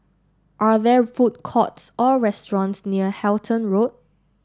are there food courts or restaurants near Halton Road